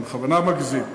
אני בכוונה מגזים.